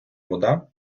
вода